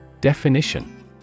Definition